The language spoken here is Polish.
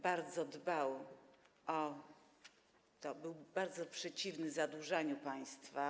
Bardzo o to dbał, był bardzo przeciwny zadłużaniu państwa.